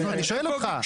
הנה, אני שואל אותך.